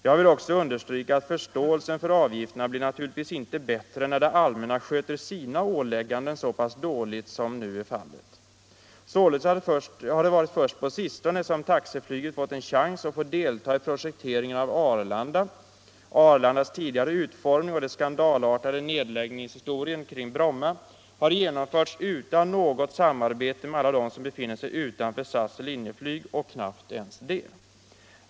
Jag vill också understryka att förståelsen för avgifterna naturligtvis inte blir bättre när det allmänna sköter sina åligganden så pass dåligt som varit fallet hittills. Således har det varit först på sistone som taxiflyget fått en chans att få delta i projektering av Arlanda. Den tidigare utformningen av Arlanda och den skandalartade nedläggningen av Bromma har genomförts resp. beslutats utan något samarbete med alla dem som befinner sig utanför SAS och Linjeflyg — som knappt heller fått vara med.